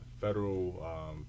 Federal